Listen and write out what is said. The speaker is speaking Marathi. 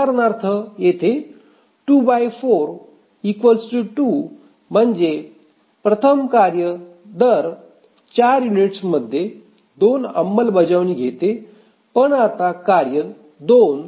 उदाहरणार्थ येथे 24 2 म्हणजेच प्रथम कार्य दर 4 युनिट्समध्ये 2 अंमलबजावणी घेते पण आता कार्य 2